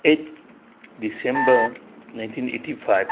eight December nineteen eighty five